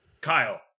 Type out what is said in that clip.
kyle